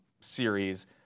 series